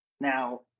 Now